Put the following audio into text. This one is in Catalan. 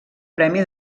premi